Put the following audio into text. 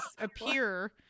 appear